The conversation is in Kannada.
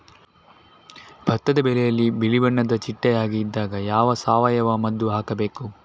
ಭತ್ತದ ಎಲೆಯಲ್ಲಿ ಬಿಳಿ ಬಣ್ಣದ ಚಿಟ್ಟೆ ಹಾಗೆ ಇದ್ದಾಗ ಯಾವ ಸಾವಯವ ಮದ್ದು ಹಾಕಬೇಕು?